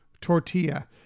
tortilla